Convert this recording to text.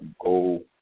go